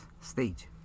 stage